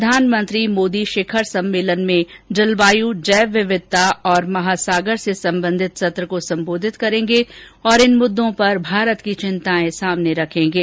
प्रधानमंत्री मोदी शिखर सम्मेलन में जलवायू जैव विविधता और महासागर से संबंधित सत्र को सम्बोधित करेंगे और इन मुद्दों पर भारत की चिंताएं सामने रखेंगे